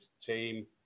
team